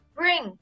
bring